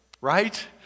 right